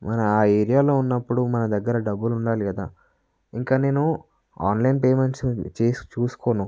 మనం ఆ ఏరియాలో ఉన్నప్పుడు మన దగ్గర డబ్బులు ఉండాలి కదా ఇంకా నేను ఆన్లైన్ పేమెంట్స్ చేసి చూసుకోను